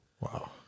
Wow